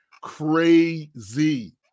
crazy